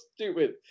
stupid